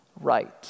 right